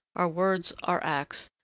our words, our acts,